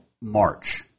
March